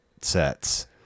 sets